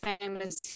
famous